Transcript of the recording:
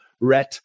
red